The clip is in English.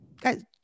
guys